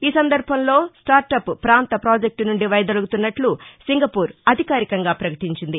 ఈ సందర్భంలో స్టార్టప్ పాంత పాజెక్టు నుండి వైదొలగుతున్నట్లు సింగపూర్ అధికారికంగా ప్రపకటించింది